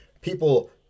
people